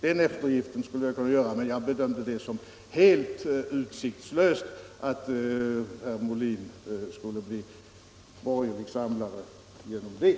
Den eftergiften skulle jag ha kunnat göra, men jag bedömde det som helt utsiktslöst att herr Molin skulle bli borgerlig samlare genom det.